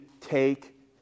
take